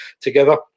together